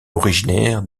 originaire